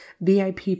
VIP